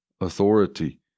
authority